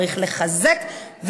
צריך לחזק,